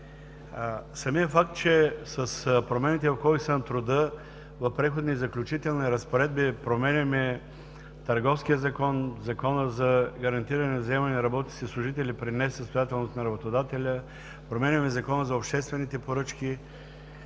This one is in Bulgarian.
Самият факт, че с промените в Кодекса на труда в Преходните и заключителни разпоредби променяме Търговския закон, Закона за гарантиране на вземания на работници и служители при несъстоятелност на работодателя, променяме Закона за обществените поръчки